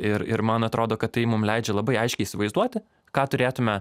ir ir man atrodo kad tai mum leidžia labai aiškiai įsivaizduoti ką turėtume